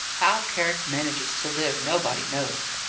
how carrick manages to live nobody knows.